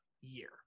year